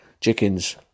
Chickens